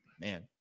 Man